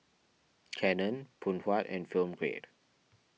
Canon Phoon Huat and Film Grade